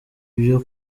byo